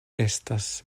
estas